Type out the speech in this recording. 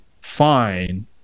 fine